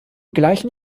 gleichen